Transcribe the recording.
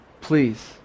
please